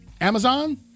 amazon